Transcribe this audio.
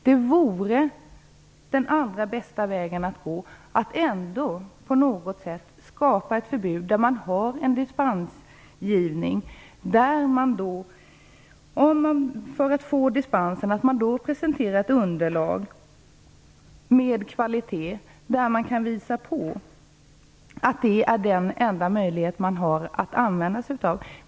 Det vore den allra bästa vägen att gå, att på något sätt skapa ett förbud där det finns en dispensmöjlighet. För att få dispens skulle det krävas att man presenterade ett underlag med kvalitet som visade att elhalsband vore den enda möjligheten.